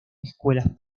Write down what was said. escuelas